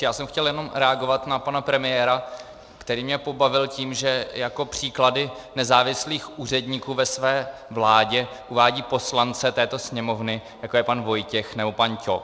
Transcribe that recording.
Já jsem chtěl jenom reagovat na pana premiéra, který mě pobavil tím, že jako příklady nezávislých úředníků ve své vládě uvádí poslance této Sněmovny, jako je pan Vojtěch nebo pan Ťok.